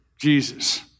Jesus